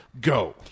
Go